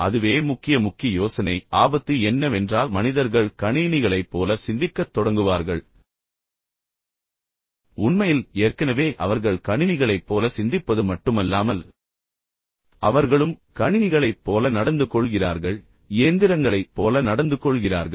அதுவே முக்கிய முக்கிய யோசனை நாம் நினைவில் கொள்ள வேண்டும் ஆபத்து என்னவென்றால் மனிதர்கள் கணினிகளைப் போல சிந்திக்கத் தொடங்குவார்கள் உண்மையில் ஏற்கனவே அவர்கள் கணினிகளைப் போல சிந்திப்பது மட்டுமல்லாமல் ஆனால் அவர்களும் கணினிகளைப் போல நடந்து கொள்கிறார்கள் இயந்திரங்களைப் போல நடந்துகொள்கிறார்கள்